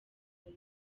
hari